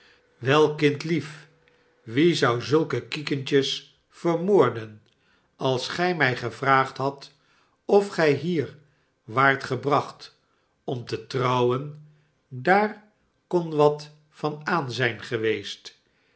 wel kjndhef wie zou zulke kiekentjes vermoorden als gij mij gevraagd nadt of gij hier waart gebracht om te trouwen daar kon wat van aan zijn eeweeest